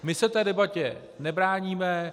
My se debatě nebráníme.